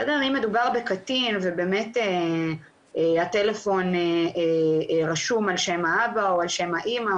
אם מדובר בקטין ובאמת הטלפון רשום על שם האבא או על שם האמא,